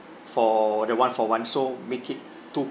for the one-for-one so make it two